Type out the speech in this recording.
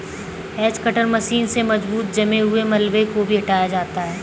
hedge cutter machine से मजबूत जमे हुए मलबे को भी हटाया जाता है